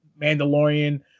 Mandalorian